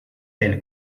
del